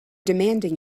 demanding